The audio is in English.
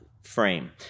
frame